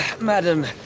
madam